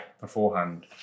beforehand